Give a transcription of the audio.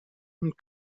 und